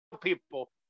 people